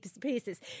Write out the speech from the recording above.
pieces